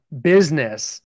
business